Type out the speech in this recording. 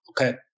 okay